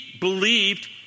believed